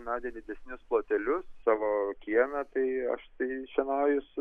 na nedidesnius plotelius savo kiemą tai aš tai šienauju su